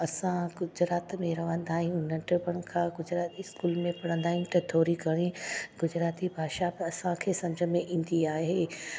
असां गुजरात में रहंदा आहियूं नंढपण खां गुजराती स्कूल में पढ़ंदा आहियूं त थोरी घणी गुजराती भाषा त असांखे सम्झ में ईंदी आहे